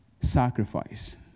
Sacrifice